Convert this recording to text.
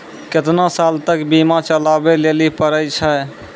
केतना साल तक बीमा चलाबै लेली पड़ै छै?